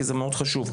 זה מאוד חשוב.